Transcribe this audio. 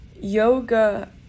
yoga